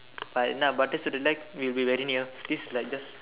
but என்னா:ennaa studio like we will be very near this is like just